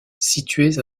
situés